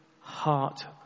heart